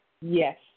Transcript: Yes